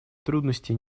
трудности